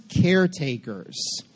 Caretakers